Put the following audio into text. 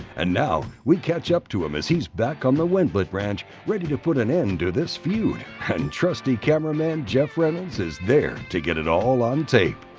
and now we catch up to him as he's back on the wendlandt ranch ready to put an end to this feud. and trusty cameraman jeff reynolds is there to get it all on tape.